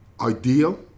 ideal